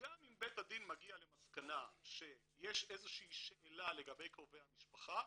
גם אם בית הדין מגיע למסקנה שיש איזו שהיא שאלה לגבי קרובי המשפחה,